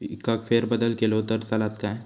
पिकात फेरबदल केलो तर चालत काय?